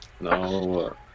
No